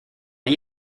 hay